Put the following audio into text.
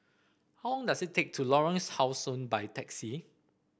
how long does it take to Lorongs How Sun by taxi